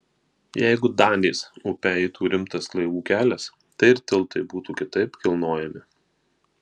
jeigu danės upe eitų rimtas laivų kelias tai ir tiltai būtų kitaip kilnojami